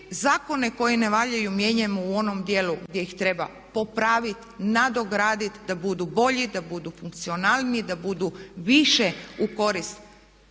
Zakone koji ne valjaju mijenjajmo u onom dijelu gdje ih treba popravit, nadogradit da budu bolji, da budu funkcionalniji, da budu više u korist